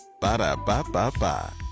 Ba-da-ba-ba-ba